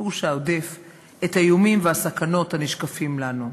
הוא שהודף את האיומים והסכנות הנשקפים לנו.